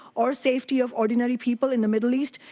or safety of ordinary people in the middle east,